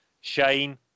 Shane